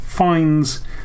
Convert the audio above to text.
finds